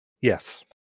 Yes